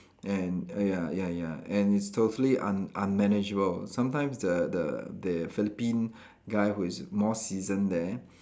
and ya ya ya and it's totally un~ unmanageable sometimes the the the Philippine guy who is more seasoned there